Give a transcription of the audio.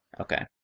Okay